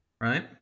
Right